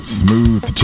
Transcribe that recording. smooth